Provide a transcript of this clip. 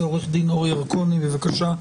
עו"ד אור ירקוני, בבקשה.